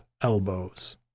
elbows